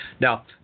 Now